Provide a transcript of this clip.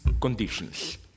conditions